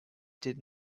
did